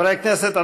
חברי הכנסת,